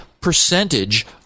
percentage